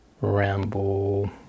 ramble